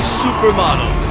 supermodel